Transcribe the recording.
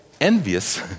envious